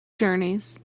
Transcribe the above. journeys